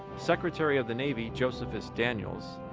secretary of the navy, josephus daniels,